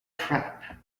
trap